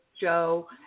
Joe